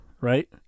right